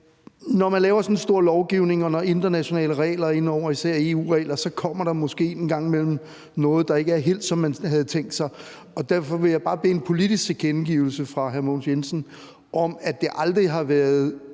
Når man laver sådan en stor lovgivning, og når internationale regler er indeover, især EU-regler, kommer der måske en gang imellem noget, der ikke er helt, som man havde tænkt sig. Og derfor vil jeg bare bede om en politisk tilkendegivelse fra hr. Mogens Jensen af, at det aldrig har været